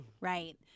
Right